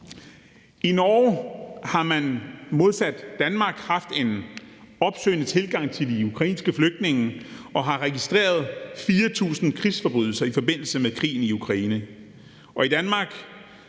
I Norge har man modsat i Danmark haft en opsøgende tilgang til de ukrainske flygtninge og har registreret 4.000 krigsforbrydelser i forbindelse med krigen i Ukraine.